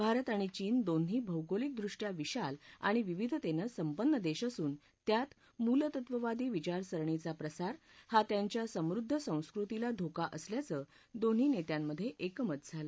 भारत आणि चीन दोन्ही भौगोलिकदृष्ट्या विशाल आणि विविधतेनं संपन्न देश असून त्यात मूलतत्ववादी विचारसरणीचा प्रसार हा त्यांच्या समृद्ध संस्कृतीला धोका असल्याचं दोन्ही नेत्यांमधे एकमत झालं